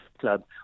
Club